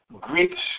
Greeks